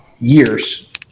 years